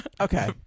Okay